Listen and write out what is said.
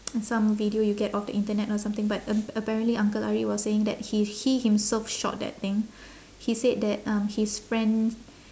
some video you get off the internet or something but ap~ apparently uncle ari was saying that he he himself shot that thing he said that um his friend